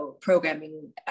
programming